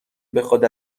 بخواد